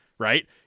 Right